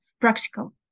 practical